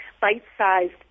bite-sized